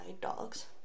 dogs